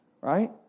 right